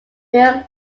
bill